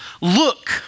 Look